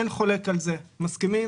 אין חולק על זה, ומסכימים.